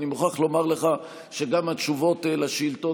אני מוכרח לומר לך שגם התשובות על השאילתות